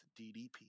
DDP